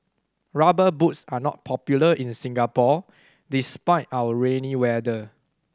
Rubber Boots are not popular in Singapore despite our rainy weather